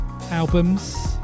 albums